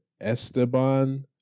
Esteban